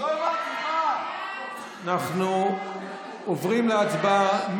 אנחנו עוברים להצבעה.